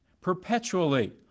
perpetually